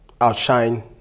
outshine